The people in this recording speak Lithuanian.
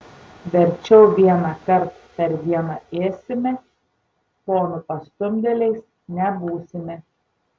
verčiau vienąkart per dieną ėsime ponų pastumdėliais nebūsime